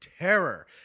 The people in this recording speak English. terror